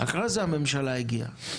אחרי זה הממשלה הגיעה.